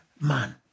man